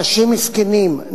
אנשים מסכנים,